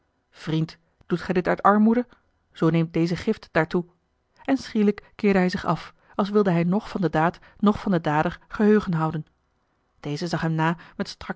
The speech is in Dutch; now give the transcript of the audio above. vriend doet gij dit uit armoede zoo neem deze gift daartoe en schielijk keerde hij zich af als wilde hij noch van de daad noch van den dader geheugen houden deze zag hem na met